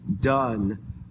done